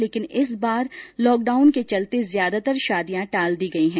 लेकिन इस बार लॉकडाउन के चलते ज्यादातर शादियां टाल दी गई हैं